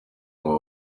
ngo